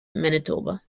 manitoba